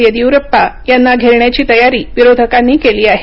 येदियुरप्पा यांना घेरण्याची तयारी विरोधकांनी केली आहे